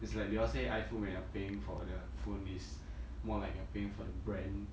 it's like they all say iphone when you're paying for the phone is more like you are paying for the brand